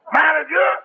manager